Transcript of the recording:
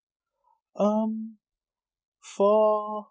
um for